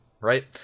Right